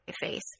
face